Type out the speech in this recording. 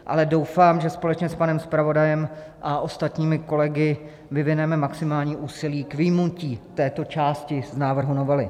Ale doufám, že společně s panem zpravodajem a ostatními kolegy vyvineme maximální úsilí k vyjmutí této části z návrhu novely.